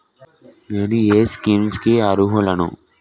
నేను ఏ స్కీమ్స్ కి అరుహులను?